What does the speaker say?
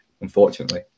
unfortunately